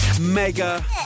mega